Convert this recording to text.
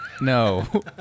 No